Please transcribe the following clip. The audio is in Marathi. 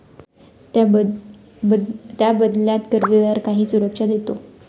त्या बदल्यात कर्जदार काही सुरक्षा देतो